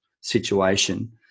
situation